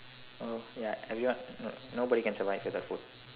oh oya everyone no nobody can survive without food